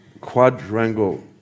quadrangle